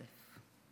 הכסף".